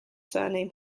surname